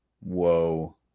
Whoa